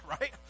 right